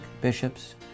bishops